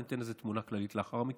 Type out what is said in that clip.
ואני אתן איזו תמונה כללית לאחר מכן.